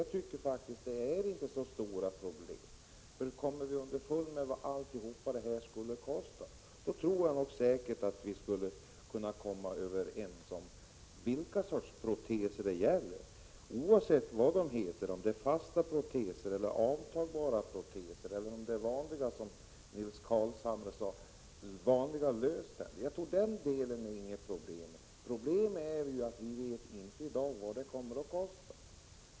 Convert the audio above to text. Jag tycker inte att det är så stora problem. Om vi bara kommer underfund med vad allt detta skulle kosta, tror jag säkert att vi skulle kunna komma överens, vilka sorts proteser det än gäller och oavsett vad de heter. Det kan gälla fasta proteser eller avtagbara proteser, eller som Nils Carlshamre sade, vanliga löständer. Jag tror inte att den delen är något problem. Problemet är att vi i dag inte vet vad en reform kommer att kosta.